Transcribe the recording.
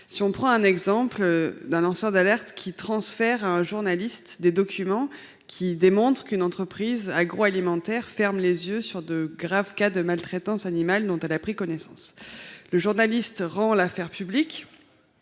Prenons l’exemple d’un lanceur d’alerte qui transmettrait à un journaliste des documents démontrant qu’une entreprise agroalimentaire ferme les yeux sur de graves cas de maltraitance animale dont elle a pris connaissance. Le journaliste rend l’affaire publique,